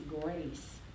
grace